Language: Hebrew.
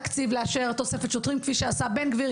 לאשר בתקציב תוספת שוטרים כפי שעשה בן גביר,